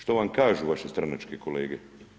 Što vam kažu vaše stranačke kolege?